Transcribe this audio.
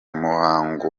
muhango